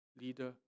leader